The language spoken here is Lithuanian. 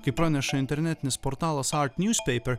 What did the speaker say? kaip praneša internetinis portalas art newspaper